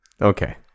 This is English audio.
Okay